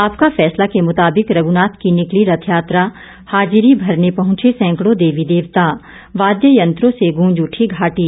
आपका र्फैसला के मुताबिक रघुनाथ की निकली रथयात्रा हाजिरी भरने पहुंचे सैकड़ों देवी देवता वाद्य यंत्रों से गूंज उठी घाटी